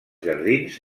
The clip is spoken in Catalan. jardins